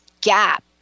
gap